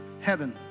heaven